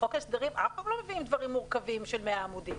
בחוק ההסדרים אף פעם לא מביאים דברים מורכבים של 100 עמודים.